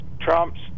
Trump's